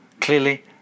Clearly